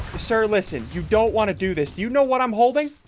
sir, listen you don't want to do this, do you know what i'm holding